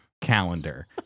calendar